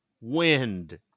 Wind